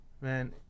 Man